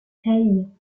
hey